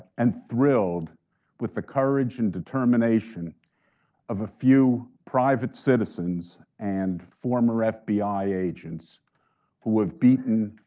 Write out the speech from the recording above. and thrilled with the courage and determination of a few private citizens and former fbi agents who have beaten